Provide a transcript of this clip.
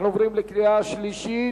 אנחנו עוברים לקריאה השלישית.